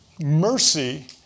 mercy